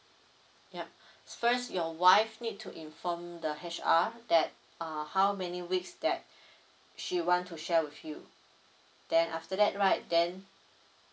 yup first your wife need to inform the H_R that err how many weeks that she want to share with you then after that right then